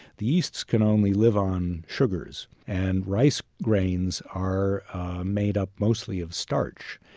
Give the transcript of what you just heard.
the yeasts can only live on sugars, and rice grains are made up mostly of starch.